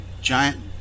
giant